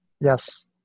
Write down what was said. Yes